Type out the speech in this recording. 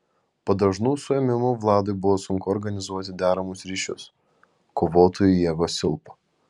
po dažnų suėmimų vladui buvo sunku organizuoti deramus ryšius kovotojų jėgos silpo